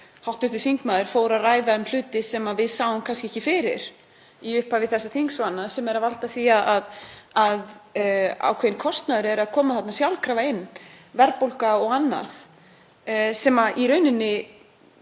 hv. þingmaður fór að ræða um hluti sem við sáum kannski ekki fyrir í upphafi þessa þings sem valda því að ákveðinn kostnaður er að koma þarna sjálfkrafa inn, verðbólga og annað sem í raun